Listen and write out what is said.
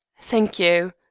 thank you.